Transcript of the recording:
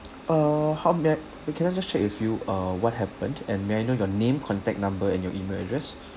uh how may I can I just check with you uh what happened and may I know your name contact number and your email address